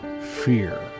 fear